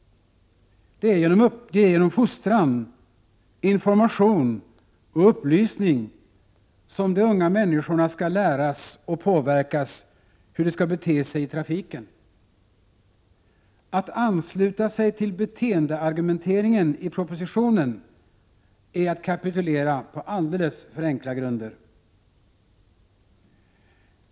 Det är genom fostran, information och upplysning som de unga människorna skall påverkas och läras hur de skall bete sig i trafiken. Att ansluta sig till beteendeargumenteringen i propositionen är att kapitulera på alldeles för enkla grunder.